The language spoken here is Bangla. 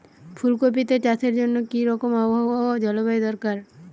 ফুল কপিতে চাষের জন্য কি রকম আবহাওয়া ও জলবায়ু দরকার?